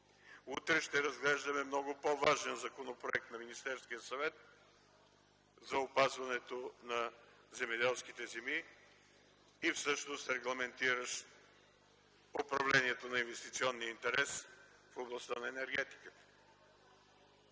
Утре ще разглеждаме много по-важен Законопроект на Министерския съвет за опазването на земеделските земи и всъщност регламентиращ управлението на инвестиционния интерес в областта на енергетиката.